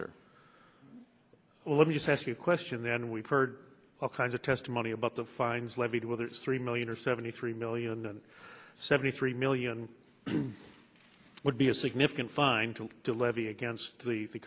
sir well let me just ask you a question then we've heard all kinds of testimony about the fines levied whether it's three million or seventy three million seventy three million would be a significant find to levy against the